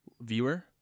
viewer